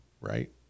right